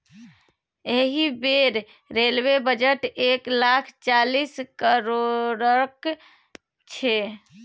एहि बेर railway budget एक लाख चालीस करोड़क छै